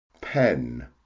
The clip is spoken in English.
pen